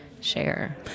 share